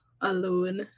alone